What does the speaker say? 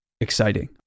exciting